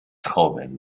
joven